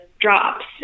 drops